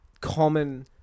common